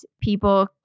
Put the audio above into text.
people